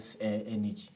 energy